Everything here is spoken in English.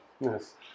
Yes